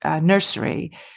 nursery